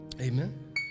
Amen